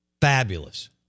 fabulous